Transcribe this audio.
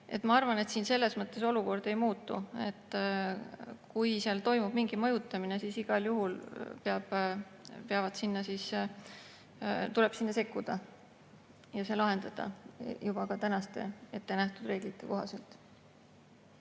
ma arvan, et siin selles mõttes olukord ei muutu. Kui toimub mingi mõjutamine, siis igal juhul tuleb sellesse sekkuda ja see lahendada juba ettenähtud reeglite kohaselt.